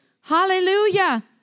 Hallelujah